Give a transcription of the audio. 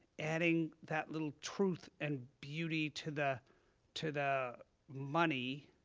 adding that little truth and beauty to the to the money,